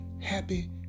Happy